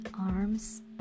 arms